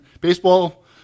baseball